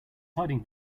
hiding